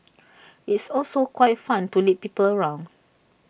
it's also quite fun to lead people around